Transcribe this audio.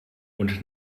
und